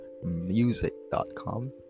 music.com